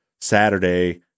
Saturday